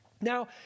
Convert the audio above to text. Now